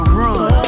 run